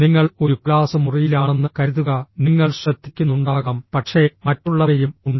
നിങ്ങൾ ഒരു ക്ലാസ് മുറിയിലാണെന്ന് കരുതുക നിങ്ങൾ ശ്രദ്ധിക്കുന്നുണ്ടാകാം പക്ഷേ മറ്റുള്ളവയും ഉണ്ട്